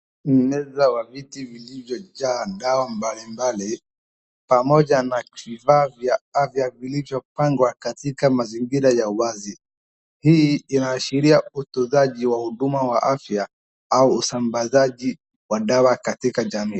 Meza na viti vilivyo jaa dawa mbalimbali pamoja na kifaa vya afya vilivyopangwa katika mazingira ya wazi. Hii inaashiria utunzaji wa huduma wa afya au usambazaji wa dawa katika jamii.